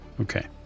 Okay